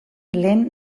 lehen